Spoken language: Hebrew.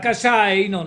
קודם כול,